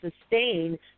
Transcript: sustain